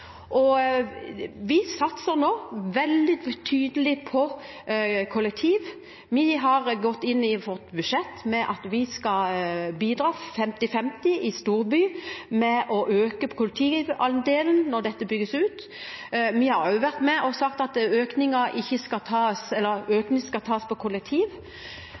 Vi satser nå veldig tydelig på kollektivfeltet. Vi har gått inn for et budsjett der vi skal bidra 50/50 i storby med tanke på å øke kollektivandelen når dette bygges ut. Vi har også vært med og sagt at økningen skal tas